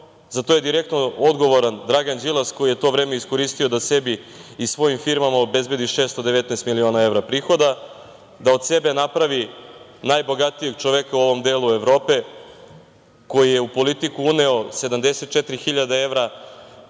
za to je direktno odgovoran Dragan Đilas, koji je to vreme iskoristio da sebi i svojim firmama obezbedi 619 miliona evra prihoda, da od sebe napravi najbogatijeg čoveka u ovom delu Evrope, koji je u politiku uneo 74.000 evra,